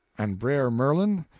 and brer merlin?